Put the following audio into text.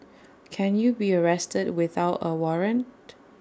can you be arrested without A warrant